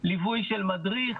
ליווי של מדריך,